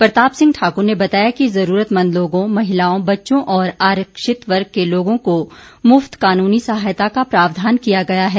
प्रताप सिंह ठाक्र ने बताया कि ज़रूरतमंद लोगों महिलाओं बच्चों और आरक्षित वर्ग के लोगों को मुफ्त कानूनी सहायता का प्रावधान किया गया है